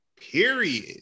Period